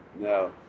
No